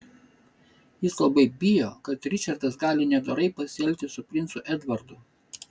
jis labai bijo kad ričardas gali nedorai pasielgti su princu edvardu